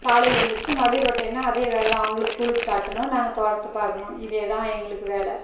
காலையில் எந்துருச்சு மறுபடியும் ரொட்டினா அதே வேலை தான் அவங்கள ஸ்கூலுக்கு தாட்டணும் நாங்கள் தோட்டத்தை பார்க்கணும் இதே தான் எங்களுக்கு வேலை